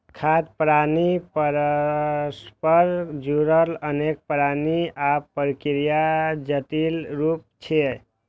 खाद्य प्रणाली परस्पर जुड़ल अनेक प्रणाली आ प्रक्रियाक जटिल रूप छियै